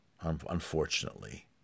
unfortunately